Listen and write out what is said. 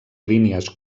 línies